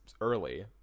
early